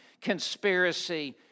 conspiracy